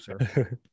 sir